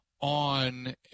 on